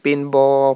paintball